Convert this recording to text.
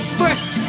first